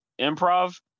improv